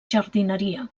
jardineria